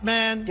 Man